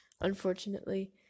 unfortunately